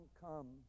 come